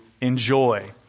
enjoy